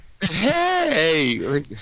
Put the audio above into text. hey